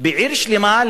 בעיר שלמה,